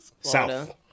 South